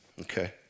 Okay